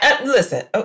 Listen